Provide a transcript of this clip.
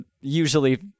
usually